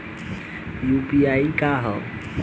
UPI का ह?